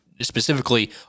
specifically